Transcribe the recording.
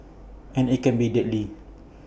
and IT can be deadly